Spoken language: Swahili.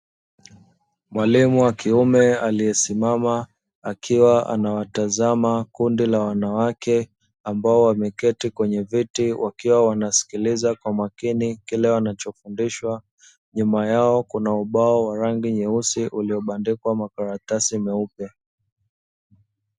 Mwalimu wa kiume aliyesimama akiwa anawatazama kundi la wanawake, ambao wameketi kwenye viti wakiwa wanasikiliza kwa makini kile wanachofundishwa, nyuma yao kuna ubao mweusi uliobandikwa makaratai meupe.